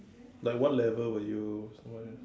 like what level would you somewhere